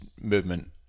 movement